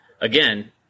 again